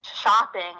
shopping